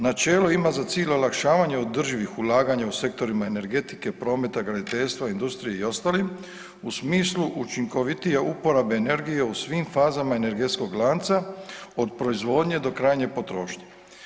Načelo ima za cilj olakšavanje održivih ulaganja u sektorima energetike, prometa, graditeljstva, industrije i ostalim u smislu učinkovitije uporabe energije u svim fazama energetskog lanca od proizvodnje do krajnje potrošnje.